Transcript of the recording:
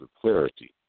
clarity